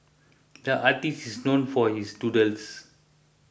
the artist is known for his doodles